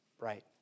Right